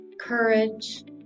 courage